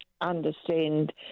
understand